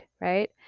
right